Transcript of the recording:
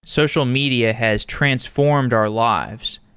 social media has transformed our lives.